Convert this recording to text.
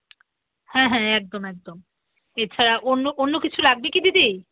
হ্যাঁ হ্যাঁ একদম একদম এছাড়া অন্য অন্য কিছু লাগবে কি দিদি